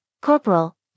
corporal